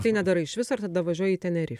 tai nedarai iš viso ir tada važiuoji į tenerifę